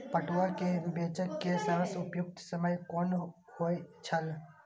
पटुआ केय बेचय केय सबसं उपयुक्त समय कोन होय छल?